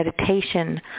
meditation